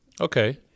Okay